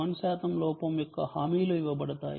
1 శాతం లోపం యొక్క హామీలు ఇవ్వబడతాయి